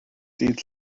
dydd